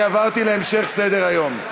אני עברתי להמשך סדר-היום.